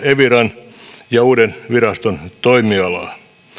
eviran ja uuden viraston toimialaa